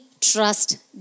trust